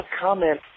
comment